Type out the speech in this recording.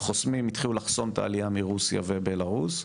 התחילו לחסום את העלייה מרוסיה ומבלרוס,